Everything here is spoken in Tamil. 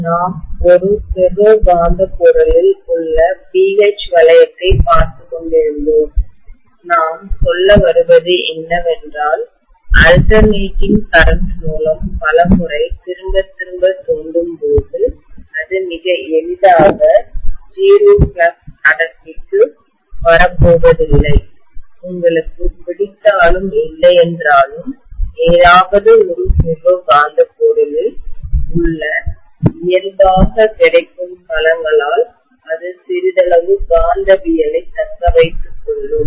நாம் ஒரு ஃபெரோ காந்தப் பொருளில் உள்ள BH வளையத்தை பார்த்துக்கொண்டிருந்தோம் நாம் சொல்லவருவது என்னவென்றால் அல்டர்நேட்டிங் கரண்ட் மூலம் பலமுறை திரும்பத் திரும்ப தூண்டும்போது அது மிக எளிதாக 0 ஃப்ளக்ஸ் அடர்த்திக்கு வரப்போவதில்லை உங்களுக்கு பிடித்தாலும் இல்லையென்றாலும் ஏதாவது ஒரு ஃபெரோ காந்தப் பொருளில் உள்ள இயல்பாக கிடைக்கும் களங்களால் அது சிறிதளவு காந்தவியலை தக்க வைத்துக்கொள்ளும்